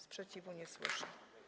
Sprzeciwu nie słyszę.